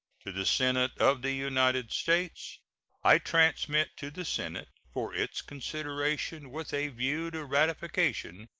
to the senate of the united states i transmit to the senate, for its consideration with a view to ratification,